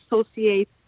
associate